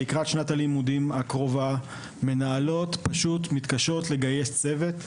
לקראת שנת הלימודים הקרובה מנהלות מתקשות לגייס צוות,